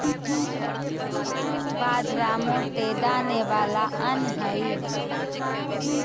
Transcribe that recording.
बाजरा मोटे दाने वाला अन्य हई